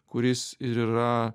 kuris ir yra